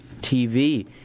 TV